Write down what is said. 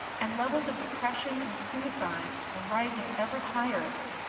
and levels of depression and suicide are rising ever higher,